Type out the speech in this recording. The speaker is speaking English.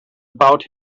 about